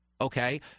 Okay